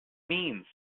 means